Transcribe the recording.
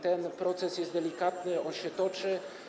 Ten proces jest delikatny, on się toczy.